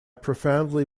profoundly